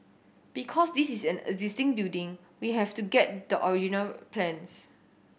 because this is an existing building we have to get the original plans